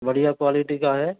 बढ़िया क्वालिटी का है